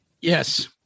yes